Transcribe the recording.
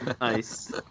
Nice